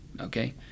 okay